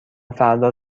فردا